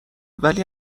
ولی